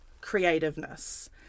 creativeness